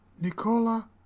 Nicola